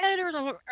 editors